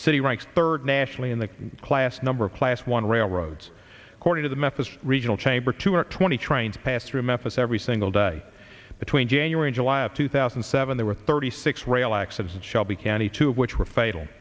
city ranks third nationally in the class number of class one railroads according to the method regional chamber two hundred twenty trains pass through memphis every single day between january and july of two thousand and seven there were thirty six rail exits and shelby county two of which were fatal